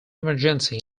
emergency